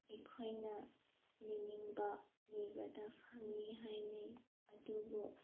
ꯑꯩꯈꯣꯏꯅ ꯅꯤꯅꯤꯡꯕ ꯅꯤꯕꯗ ꯐꯪꯏ ꯍꯥꯏꯅꯩ ꯑꯗꯨꯕꯨ